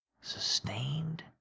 Sustained